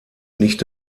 nicht